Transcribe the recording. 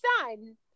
son